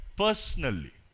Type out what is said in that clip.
personally